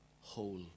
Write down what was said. whole